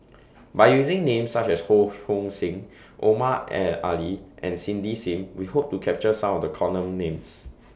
By using Names such as Ho Hong Sing Omar Ali and Cindy SIM We Hope to capture Some of The Common Names